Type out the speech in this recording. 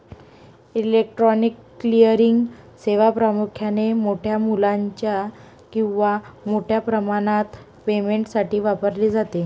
electronic clearing सेवा प्रामुख्याने मोठ्या मूल्याच्या किंवा मोठ्या प्रमाणात पेमेंटसाठी वापरली जाते